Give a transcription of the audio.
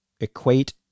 equate